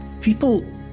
People